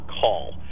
call